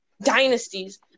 dynasties